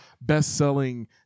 best-selling